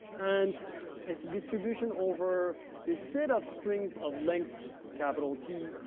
and it's distribution over this set of strings of length capital t,